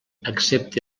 excepte